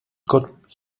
caught